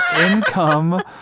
income